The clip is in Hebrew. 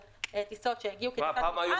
של טיסות שהגיעו כטיסת מטען,